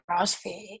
CrossFit